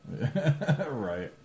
Right